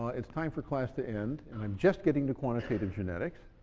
it's time for class to end, and i'm just getting to quantitative genetics,